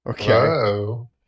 okay